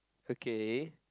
okay